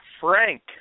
Frank